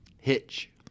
Hitch